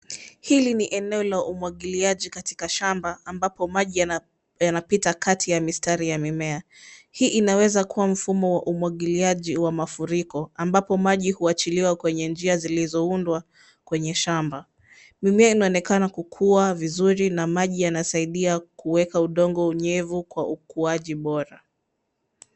Hili ni eneo la umwagiliaji katika shamba, ambapo maji yanapita kati ya mistari ya mimea. Hii inaweza kua mfumo wa umwagiliaji wa mafuriko, ambapo maji uachiliwa kwenye njia zilizoundwa kwenye shamba. Mimea inaonekana kukua vizuri na maji yanasaidia kuweka udongo unyevu kwa ukuaji bora.